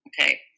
Okay